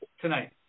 tonight